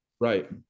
right